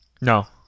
No